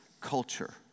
culture